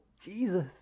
Jesus